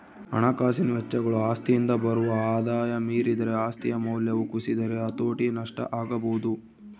ಹಣಕಾಸಿನ ವೆಚ್ಚಗಳು ಆಸ್ತಿಯಿಂದ ಬರುವ ಆದಾಯ ಮೀರಿದರೆ ಆಸ್ತಿಯ ಮೌಲ್ಯವು ಕುಸಿದರೆ ಹತೋಟಿ ನಷ್ಟ ಆಗಬೊದು